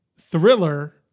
thriller